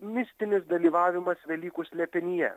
mistinis dalyvavimas velykų slėpinyje